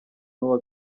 n’uwa